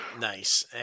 Nice